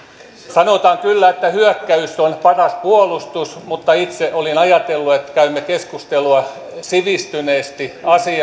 sanotaan kyllä että hyökkäys on paras puolustus mutta itse olin ajatellut että käymme keskustelua sivistyneesti